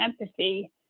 empathy